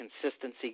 consistency